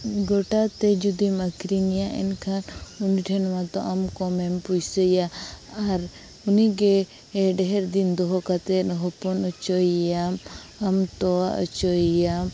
ᱜᱚᱴᱟᱛᱮ ᱡᱩᱫᱤᱢ ᱟᱹᱠᱷᱨᱤᱧᱮᱭᱟ ᱮᱱᱠᱷᱟᱱ ᱩᱱᱤᱴᱷᱮᱱ ᱢᱟᱛᱚ ᱟᱢ ᱠᱚᱢᱮᱢ ᱯᱩᱭᱥᱟᱹᱭᱟ ᱟᱨ ᱩᱱᱤᱜᱮ ᱰᱷᱮᱨ ᱫᱤᱱ ᱫᱚᱦᱚ ᱠᱟᱛᱮᱫ ᱦᱚᱯᱚᱱ ᱦᱚᱪᱚᱭᱮᱭᱟᱢ ᱟᱢ ᱛᱚᱣᱟ ᱦᱚᱪᱚᱭᱮᱭᱟᱢ